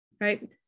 right